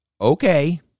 okay